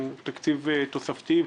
הוא תקציב תוספתי.